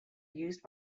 used